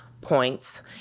points